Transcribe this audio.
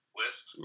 list